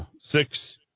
six